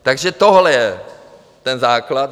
Takže tohle je ten základ.